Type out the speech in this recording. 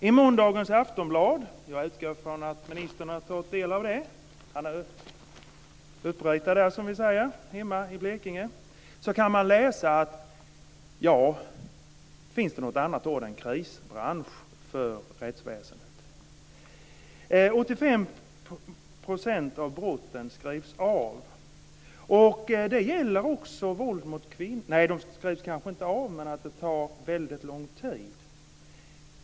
I måndagens Aftonbladet, som jag utgår från att ministern har tar tagit del av, kan man läsa om att rättsväsendet är en krisbransch. Finns det något annat ord? 85 % av brotten skrivs av. Det gäller också våld mot kvinnor. Nej, de skrivs kanske inte av, men de tar väldigt lång tid.